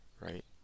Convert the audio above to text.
right